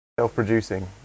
self-producing